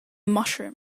mushroom